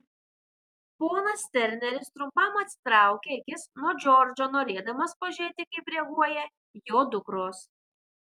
ponas terneris trumpam atitraukė akis nuo džordžo norėdamas pažiūrėti kaip reaguoja jo dukros